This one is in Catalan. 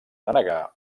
denegar